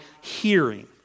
hearing